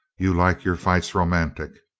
you like your fights romantic.